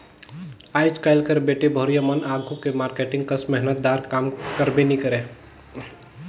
आएज काएल कर बेटी बहुरिया मन आघु के मारकेटिंग कस मेहनत दार काम करबे नी करे